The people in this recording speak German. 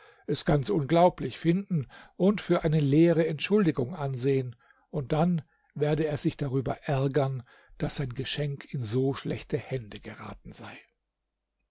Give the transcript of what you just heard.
es ganz unglaublich finden und für eine leere entschuldigung ansehen und dann werde er sich darüber ärgern daß sein geschenk in so schlechte hände geraten sei